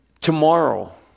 tomorrow